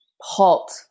halt